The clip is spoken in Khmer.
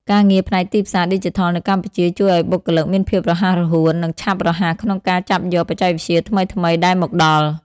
ការងារផ្នែកទីផ្សារឌីជីថលនៅកម្ពុជាជួយឱ្យបុគ្គលិកមានភាពរហ័សរហួន និងឆាប់រហ័សក្នុងការចាប់យកបច្ចេកវិទ្យាថ្មីៗដែលមកដល់។